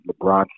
LeBron